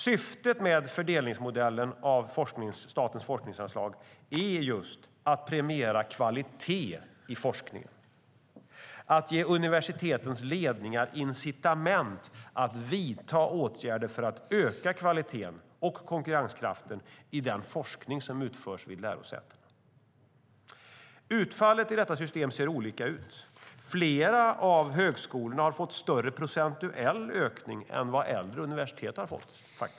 Syftet med fördelningsmodellen när det gäller statens forskningsanslag är att premiera kvalitet i forskningen och att ge ledningarna vid universitet och högskolor incitament att vidta åtgärder för att öka kvaliteten och konkurrenskraften i den forskning som utförs vid lärosätena. Utfallet i detta system ser olika ut. Flera av högskolorna har fått större procentuell ökning än vad äldre universitet fått.